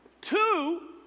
two